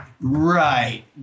Right